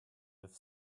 with